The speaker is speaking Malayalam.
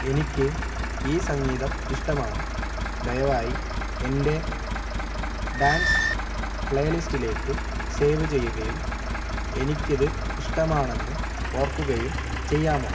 എനിക്ക് ഈ സംഗീതം ഇഷ്ടമാണ് ദയവായി എന്റെ ഡാൻസ് പ്ലേലിസ്റ്റിലേക്ക് സേവ് ചെയ്യുകയും എനിക്കിത് ഇഷ്ടമാണെന്ന് ഓർക്കുകയും ചെയ്യാമോ